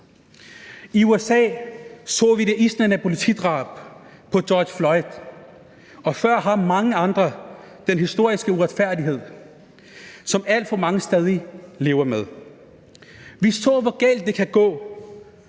I USA så vi det isnende politidrab på George Floyd og før ham mange andre og den historiske uretfærdighed, som alt for mange stadig lever med. Vi så, hvor galt det kan gå;